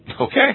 Okay